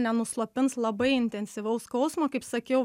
nenuslopins labai intensyvaus skausmo kaip sakiau